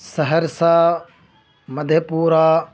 Saharsa مدھے Pura